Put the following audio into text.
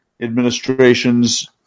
administration's